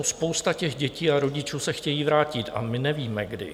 Spousta těch dětí a rodičů se chtějí vrátit a my nevíme kdy.